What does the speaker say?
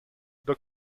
the